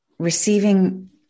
Receiving